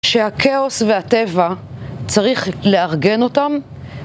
שהכאוס והטבע צריך לארגן אותם